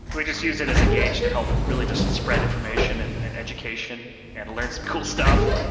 we just use it as a gauge to help really just spread information and and education and learn some cool stuff,